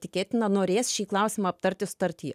tikėtina norės šį klausimą aptarti sutarty